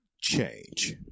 change